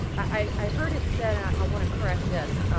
i. i heard it said and i want to correct this